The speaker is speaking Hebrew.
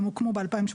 כי הם הוקמו ב-2018,